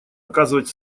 оказывать